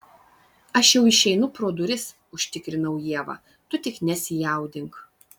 aš jau išeinu pro duris užtikrinau ievą tu tik nesijaudink